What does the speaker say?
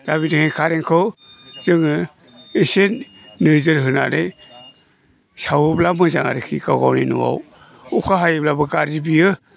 दा बिनिखायनो कारेन्टखौ जोङो एसे नोजोर होनानै सावोब्ला मोजां आरोखि गाव गावनि न'आव अखा हायोब्लाबो गारजि बियो